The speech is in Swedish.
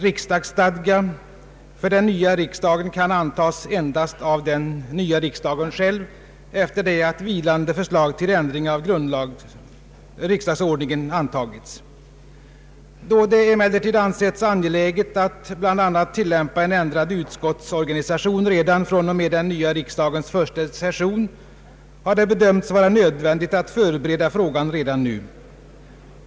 Riksdagsstadga för den nya riksdagen kan antas endast av den nya riksdagen själv efter det att vilande förslag till ändring av riksdagsordningen antagits. Då det emellertid ansetts angeläget att bl.a. tillämpa en ändrad utskottsorganisation redan fr.o.m. den nya riksdagens första session har det bedömts vara nödvändigt att förbereda frågan redan nu.